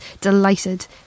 delighted